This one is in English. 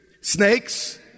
Snakes